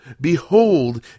Behold